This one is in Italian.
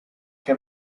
che